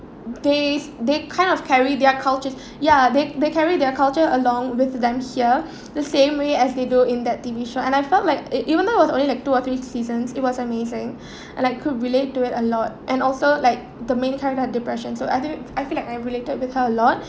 they they kind of carry their culture ya they they carry their culture along with them here the same way as they do in that T_V show and I felt like ev~ ev~ even though was only like two or three seasons it was amazing and I could relate to it a lot and also like the main character had depression so I think I feel like I'm related with her a lot